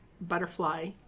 butterfly